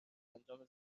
انجام